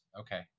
okay